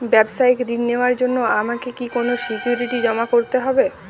ব্যাবসায়িক ঋণ নেওয়ার জন্য আমাকে কি কোনো সিকিউরিটি জমা করতে হবে?